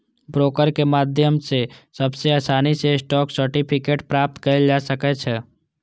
broker के माध्यम सं सबसं आसानी सं स्टॉक सर्टिफिकेट प्राप्त कैल जा सकै छै